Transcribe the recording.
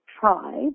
try